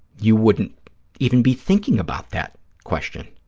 you wouldn't even be thinking about that question.